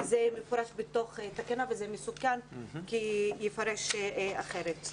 כי זה במפורש בתוך תקנה וזה מסוכן כי זה יתפרש אחרת.